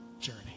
journey